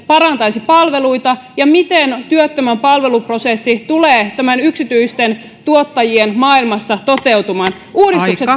parantaisi palveluita ja miten työttömän palveluprosessi tulee tässä yksityisten tuottajien maailmassa toteutumaan uudistukset